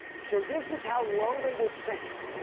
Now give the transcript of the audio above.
so this is how low they will sink,